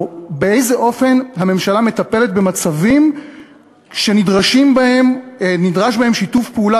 או באיזה אופן הממשלה מטפלת במצבים שנדרש בהם שיתוף פעולה